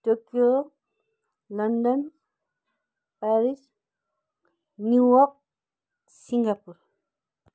Tokyo London Paris New York Singapore